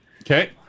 Okay